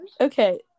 okay